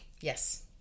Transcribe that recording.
Yes